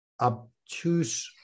obtuse